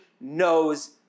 knows